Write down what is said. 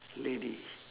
lady